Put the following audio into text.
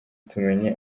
tumenye